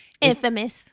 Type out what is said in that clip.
infamous